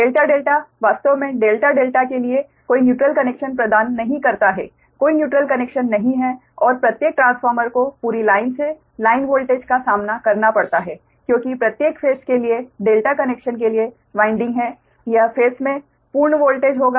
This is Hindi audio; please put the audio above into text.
डेल्टा डेल्टा वास्तव में डेल्टा डेल्टा के लिए कोई न्यूट्रल कनेक्शन प्रदान नहीं करता है कोई न्यूट्रल कनेक्शन नहीं है और प्रत्येक ट्रांसफार्मर को पूरी लाइन से लाइन वोल्टेज का सामना करना पड़ता है क्योंकि प्रत्येक फेस के लिए डेल्टा कनेक्शन के लिए वाइंडिंग है यह फेस में पूर्ण वोल्टेज होगा